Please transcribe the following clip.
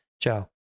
ciao